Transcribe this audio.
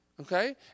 okay